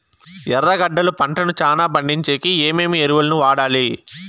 ఎర్రగడ్డలు పంటను చానా పండించేకి ఏమేమి ఎరువులని వాడాలి?